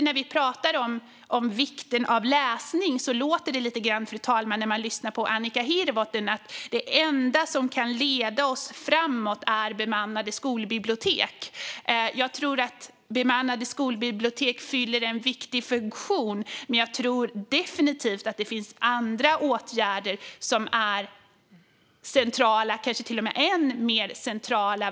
När vi pratar om vikten av läsning låter det när man lyssnar på Annika Hirvonen lite grann som att det enda som kan leda oss framåt är bemannade skolbibliotek. Jag tror att bemannade skolbibliotek fyller en viktig funktion. Men jag tror definitivt att det finns andra åtgärder som är centrala, kanske till och med än mer centrala.